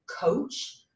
coach